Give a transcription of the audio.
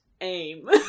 AIM